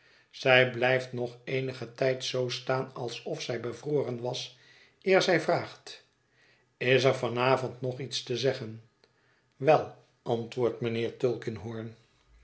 zij blijft nog eenigen tijd zoo staan alsof zij bevroren was eer zij vraagt is er van avond nog iets te zeggen wel antwoordt mijnheer